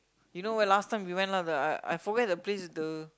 you know where last time we went out the I I forget the place is the